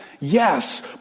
Yes